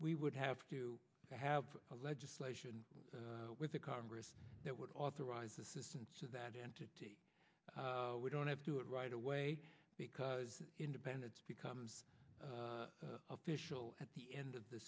we would have to have legislation with a congress that would authorize assistance to that entity we don't have to do it right away because independence becomes official at the end of the